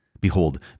behold